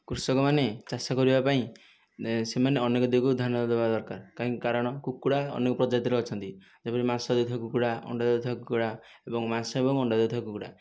କୃଷକମାନେ ଚାଷ କରିବା ପାଇଁ ସେମାନେ ଅନେକ ଦିଗକୁ ଧ୍ୟାନ ଦେବା ଦରକାର କାହିଁ କାରଣ କୁକୁଡ଼ା ଅନେକ ପ୍ରଜାତିର ଅଛନ୍ତି ଯେପରି ମାଂସ ଜାତୀୟ କୁକୁଡ଼ା ଅଣ୍ଡା ଜାତୀୟ କୁକୁଡ଼ା ଏବଂ ମାଂସ ଏବଂ ଅଣ୍ଡା ଜାତୀୟ କୁକୁଡ଼ା